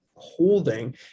holding